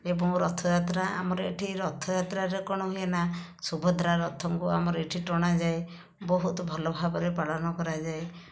ଏବଂ ରଥଯାତ୍ରା ଆମର ଏଇଠି ରଥଯାତ୍ରାରେ କ'ଣ ହୁଏନା ସୁଭଦ୍ରା ରଥଙ୍କୁ ଆମର ଏଇଠି ଟଣାଯାଏ ବହୁତ ଭଲ ଭାବରେ ପାଳନ କରାଯାଏ